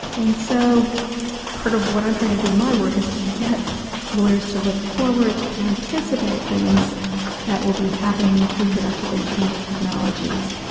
and so part of what i'm trying to do in my work is to get lawyers to look forward to anticipate things that will be happening with reproductive and genetic technologies.